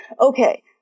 okay